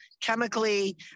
chemically